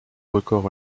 record